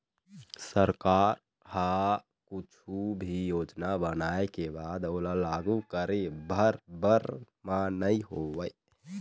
सरकार ह कुछु भी योजना बनाय के बाद ओला लागू करे भर बर म नइ होवय